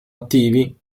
attivi